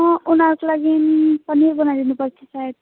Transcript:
अँ उनीहरूको लागि पनिर बनाइदिनुपर्छ सायद